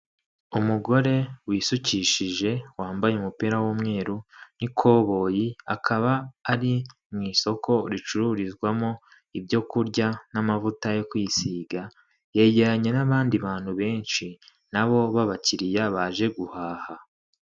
Umugore wisukishije wambaye umupira w'umweru n'ikoboyi, akaba ari mu isoko ricururizwamo ibyo kurya n'amavuta yo kwisiga, yegeranye n'abandi bantu benshi nabo b'abakiriya baje guhaha.